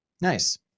Nice